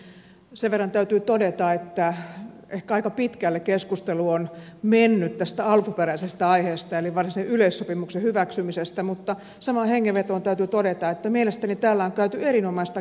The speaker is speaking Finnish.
sen verran täytyy todeta että ehkä aika pitkälle keskustelu on mennyt tästä alkuperäisestä aiheesta eli varsinaisen yleissopimuksen hyväksymisestä mutta samaan hengenvetoon täytyy todeta että mielestäni täällä on käyty erinomaista keskustelua